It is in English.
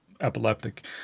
Epileptic